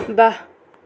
বাহ